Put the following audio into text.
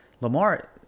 Lamar